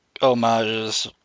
homages